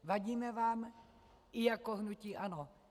Vadíme vám i jako hnutí ANO.